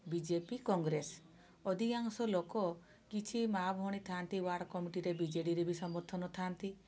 BJP Congress ଅଧିକାଶଂ ଲୋକ କିଛି ମା' ଭଉଣୀ ଥାଆନ୍ତି ୱାର୍ଡ଼ କମିଟିରେ ବିଜେଡ଼ିରେ ବି ସମର୍ଥନ ଥାଆନ୍ତି